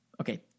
okay